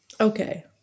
Okay